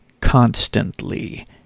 constantly